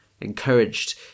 encouraged